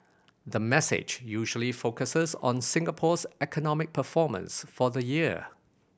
the message usually focuses on Singapore's economic performance for the year